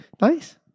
nice